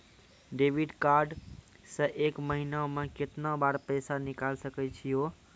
Debit card से एक महीना मा केतना बार पैसा निकल सकै छि हो?